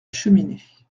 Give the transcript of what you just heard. cheminée